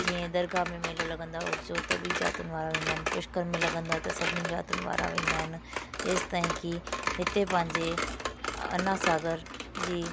जीअं दरगाह में मेलो लॻंदो आहे उर्स जो त बीं ज़ातुनि वारा वेंदा आहिनि पुष्कर में लॻंदो आहे त सभिनी ज़ातुनि वारा वेंदा आहिनि हेसि ताईं की हिते पंहिंजे अनासागर जी